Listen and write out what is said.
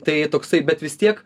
tai toksai bet vis tiek